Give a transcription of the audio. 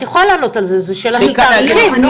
את יכולה לענות על זה, זאת שאלה של תאריכים.